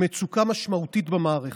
במצוקה משמעותית במערכת.